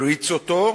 הריץ אותו,